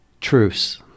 Truce